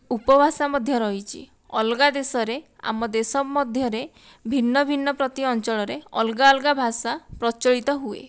ଉପଭାଷା ମଧ୍ୟ ରହିଛି ଅଲଗା ଦେଶରେ ଆମ ଦେଶ ମଧ୍ୟରେ ଭିନ୍ନଭିନ୍ନ ପ୍ରତି ଅଞ୍ଚଳରେ ଅଲଗା ଅଲଗା ଭାଷା ପ୍ରଚଳିତ ହୁଏ